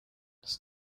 das